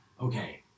okay